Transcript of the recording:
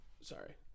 sorry